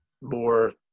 more